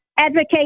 advocate